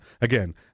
Again